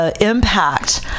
impact